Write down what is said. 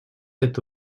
эта